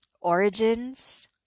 origins